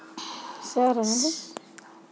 Sir ಆಭರಣದ ಸಾಲಕ್ಕೆ ಇಷ್ಟೇ ಟೈಮ್ ಅಂತೆನಾದ್ರಿ ಐತೇನ್ರೇ?